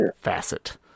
facet